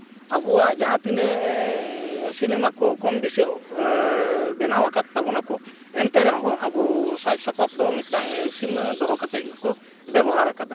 ᱟᱵᱚᱣᱟᱜ ᱡᱟᱦᱟᱸ ᱛᱤᱱᱟᱹᱜ ᱥᱤᱱᱮᱢᱟ ᱠᱚ ᱠᱚᱢᱵᱮᱥᱤ ᱵᱮᱱᱟᱣ ᱟᱠᱟᱫ ᱛᱟᱵᱳᱱᱟᱠᱚ ᱮᱱᱛᱮ ᱨᱮᱦᱚᱸ ᱟᱵᱚ ᱥᱟᱡᱽ ᱥᱟᱯᱟᱯ ᱫᱚ ᱢᱤᱫᱴᱟᱱ ᱥᱤᱢᱟᱹ ᱫᱚᱦᱚ ᱠᱟᱛᱮ ᱜᱮᱠᱚ ᱵᱮᱵᱚᱦᱟᱨ ᱟᱠᱟᱫᱟ